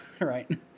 right